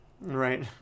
Right